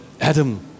Adam